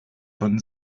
von